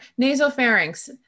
Nasopharynx